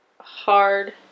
hard